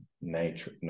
nature